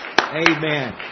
Amen